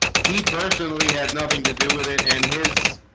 he personally had nothing to do with it and his